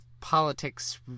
politics